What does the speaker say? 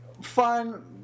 Fun